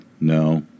no